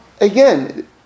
again